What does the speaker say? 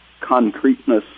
concreteness